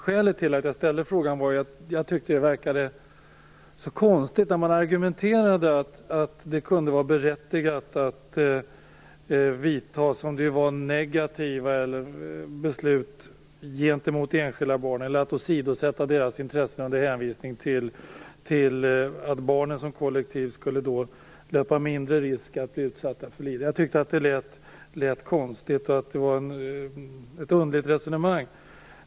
Skälet till att jag ställde frågan var att jag tyckte att man argumenterade konstigt när man sade att det kunde vara berättigat att vidta, som det verkade, negativa beslut gentemot enskilda barn eller att åsidosätta deras intressen med hänvisning till att barnen som kollektiv skulle löpa mindre risk att bli utsatta för lidande. Jag tyckte att det var konstigt och att det var ett underligt resonemang.